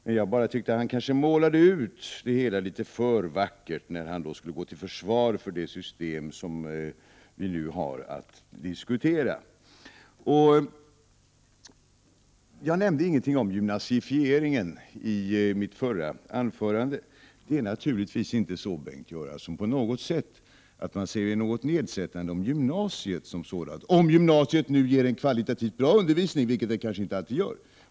Men jag tycker att Bengt Göransson kanske målade ut det hela litet för vackert, när han skulle gå till försvar för det system som vi nu har att diskutera. Jag nämnde ingenting om ”gymnasifieringen” i mitt förra anförande. Det är naturligtvis inte på något sätt så, Bengt Göransson, att man säger något nedsättande om gymnasiet som sådant om det ger en kvalitativt bra undervisning, vilket det kanske inte alltid gör.